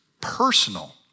personal